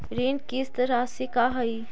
ऋण किस्त रासि का हई?